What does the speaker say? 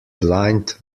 blind